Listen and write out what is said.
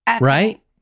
Right